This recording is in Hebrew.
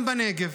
וגם בנגב.